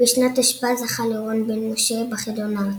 בשנת תשפ"א זכה לירון בן משה בחידון הארצי.